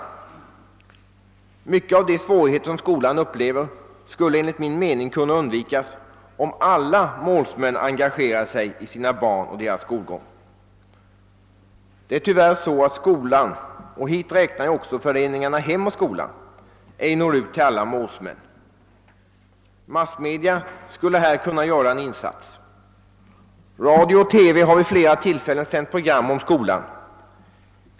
Åtskilliga av de svårigheter som skolan upplever skulle enligt min mening kunna undvikas, om alla målsmän engagerade sig i sina barn och deras skolgång. Tyvärr når skolan — och hit räknar jag också föreningarna Hem och Skola — ej ut till alla målsmän. Massmedia skulle här kunna göra en insats. Radio och TV har vid flera tillfällen sänt program om skolan.